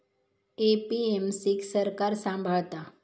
APMC क सरकार सांभाळता